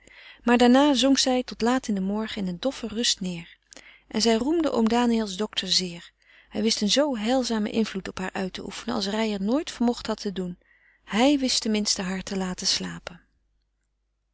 maar daarna zonk zij tot laat in den morgen in doffe rust neêr en zij roemde oom daniëls dokter zeer hij wist een zoo heilzamen invloed op haar uit te oefenen als reijer nooit vermocht had te doen hij wist ten minste haar te laten slapen